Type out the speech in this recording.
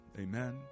Amen